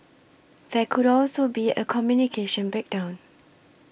there could also be a communication breakdown